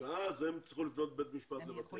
אז הם יצטרכו לפנות לבית המשפט לבטל את הקנסות.